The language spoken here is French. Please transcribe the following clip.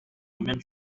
même